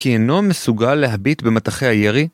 כי אינו מסוגל להביט במטחי הירי.